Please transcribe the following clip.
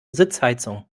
sitzheizung